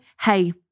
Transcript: hey